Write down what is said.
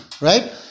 Right